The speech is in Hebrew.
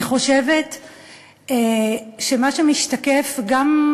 אני חושבת שמה שמשתקף גם,